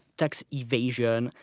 tax evasion,